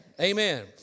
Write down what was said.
Amen